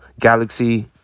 galaxy